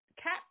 Cat